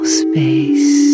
space